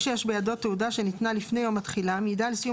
שיש בידו תעודה שניתנה לפני יום התחילה המעידה על סיום